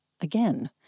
again